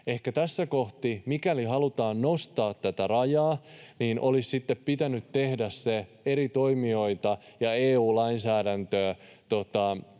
Ehkä tässä kohti, mikäli halutaan nostaa tätä rajaa, olisi sitten pitänyt tehdä se eri toimijoita ja EU-lainsäädäntöä